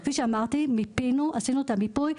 כפי שאמרתי עשינו מיפוי,